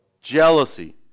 jealousy